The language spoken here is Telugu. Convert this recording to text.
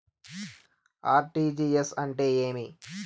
ఆర్.టి.జి.ఎస్ అంటే ఏమి?